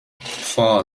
vor